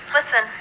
Listen